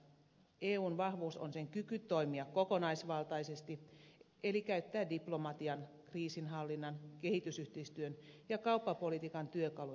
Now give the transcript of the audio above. eun vahvuus on sen kyky toimia kokonaisvaltaisesti eli käyttää diplomatian kriisinhallinnan kehitysyhteistyön ja kauppapolitiikan työkaluja yhdessä